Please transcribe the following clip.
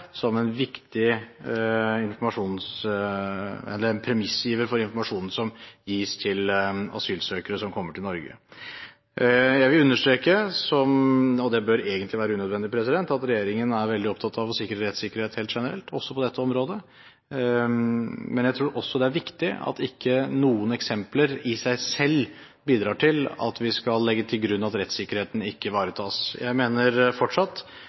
som en premissgiver for informasjon som gis til asylsøkere som kommer til Norge. Jeg vil understreke, og det bør egentlig være unødvendig, at regjeringen er veldig opptatt av å sikre rettssikkerhet helt generelt, også på dette området, men jeg tror også det er viktig at noen eksempler i seg selv ikke bidrar til at vi skal legge til grunn at rettssikkerheten ikke ivaretas. Jeg mener fortsatt